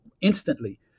instantly